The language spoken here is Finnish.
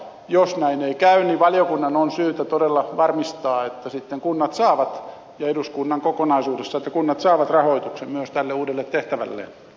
jos näin ei käy niin valiokunnan ja eduskunnan kokonaisuudessaan on syytä todella varmistaa että kunnat saavat jo eduskunnan kokonaisuudessa tikunat saavat rahoituksen myös tälle uudelle tehtävälleen